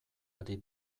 ari